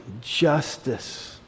justice